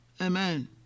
Amen